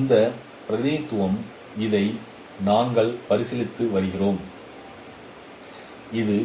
இந்த பிரதிநிதித்துவம் இதை நாங்கள் பரிசீலித்து வருகிறோம் இது